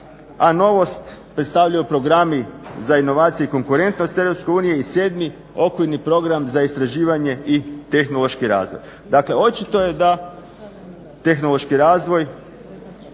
a novost predstavljaju programi za inovacije i konkurentnost Europske unije i sedmi okvirni program za istraživanje i tehnološki razvoj. Dakle očito je da tehnološki razvoj